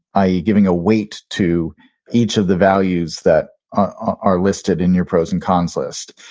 ah ie giving a weight to each of the values that are listed in your pros and cons list.